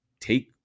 take